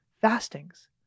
fastings